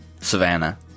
Savannah